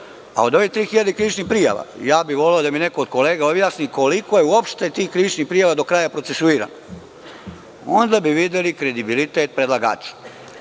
bilo. Od ovih 3.000 krivičnih prijava, voleo bih da mi neko od kolega objasni koliko je uopšte tih krivičnih prijava do kraja procesuirano. Onda bi videli kredibilitet predlagača.